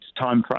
timeframe